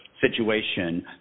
situation